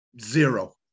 zero